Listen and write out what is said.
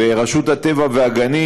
ורשות הטבע והגנים,